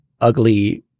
ugly